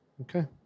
Okay